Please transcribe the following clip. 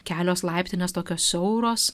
kelios laiptinės tokios siauros